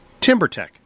TimberTech